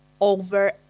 Over